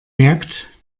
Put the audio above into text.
merkt